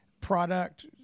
product